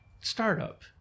startup